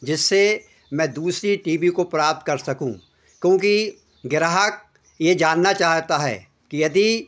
जिससे मैं दूसरी टी बी को प्राप्त कर सकूँ क्योंकि ग्रहक यह जानना चाहता है कि यदि